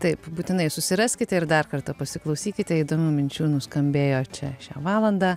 taip būtinai susiraskite ir dar kartą pasiklausykite įdomių minčių nuskambėjo čia šią valandą